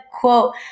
quote